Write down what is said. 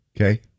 okay